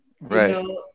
right